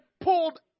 pulled